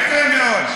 יפה מאוד,